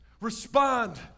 respond